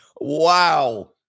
Wow